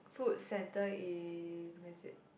food center in where is it